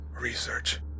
research